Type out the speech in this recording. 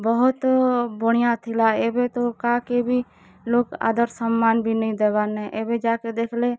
ବହୁତୁ ବଣିଆ ଥିଲା ଏବେ ତ କାହା କେ ବି ଲୋକ୍ ଆଦର୍ ସମ୍ମାନ୍ ବି ନାଇଁ ଦେବାର୍ନେ ଏବେ ଯାହା କେ ଦେଖ୍ଲେ